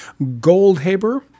Goldhaber